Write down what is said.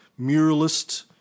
muralist